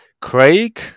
Craig